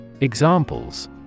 Examples